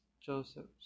joseph's